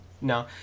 No